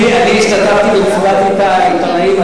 אני השתתפתי במסיבת העיתונאים,